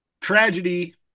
tragedy